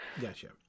Gotcha